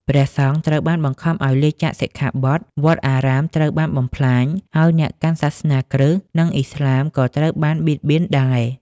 ព្រះសង្ឃត្រូវបានបង្ខំឱ្យលាចាកសិក្ខាបទ វត្តអារាមត្រូវបានបំផ្លាញ ហើយអ្នកកាន់សាសនាគ្រឹស្ត និងឥស្លាមក៏ត្រូវបានបៀតបៀនដែរ។